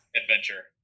adventure